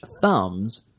thumbs